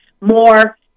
more